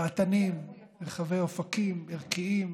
דעתנים, רחבי אופקים, ערכיים.